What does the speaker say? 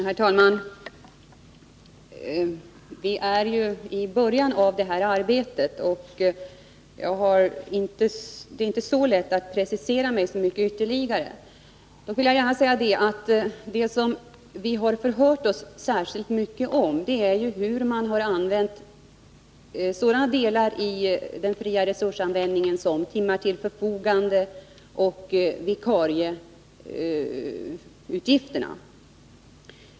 Herr talman! Vi är i början av det här arbetet, och jag har inte så lätt att precisera mig ytterligare. Dock vill jag gärna säga att det som vi förhört oss särskilt mycket om är hur man har utnyttjat sådana delar i den fria resursanvändningen som timmar till förfogande och vikarieutgifterna.